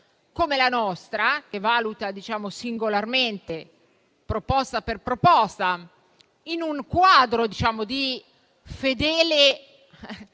come la nostra, che valuta singolarmente proposta per proposta, in un quadro di fedele